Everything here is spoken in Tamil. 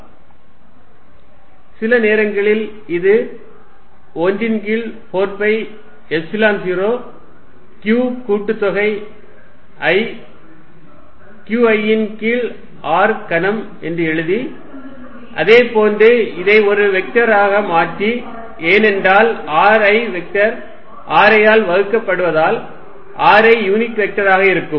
Fnet14π0qQiri2ri சில நேரங்களில் இது 1 ன் கீழ் 4 பை எப்சிலன் 0 q கூட்டுத்தொகை i Q i ன் கீழ் r கனம் என்று எழுதி அதே போன்று இதை ஒரு வெக்டர் ஆக மாற்றி ஏனென்றால் ri வெக்டர் ri ஆல் வகுக்க படுவதால் ri அலகு வெக்டராக இருக்கும்